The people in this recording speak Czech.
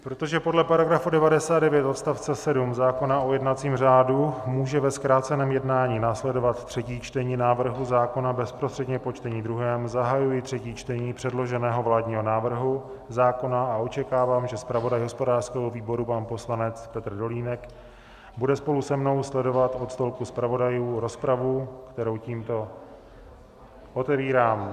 Protože podle § 99 odst. 7 zákona o jednacím řádu může ve zkráceném jednání následovat třetí čtení návrhu zákona bezprostředně po čtení druhém, zahajuji třetí čtení předloženého vládního návrhu zákona a očekávám, že zpravodaj hospodářského výboru pan poslanec Petr Dolínek bude spolu se mnou sledovat od stolku zpravodajů rozpravu, kterou tímto otevírám.